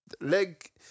Leg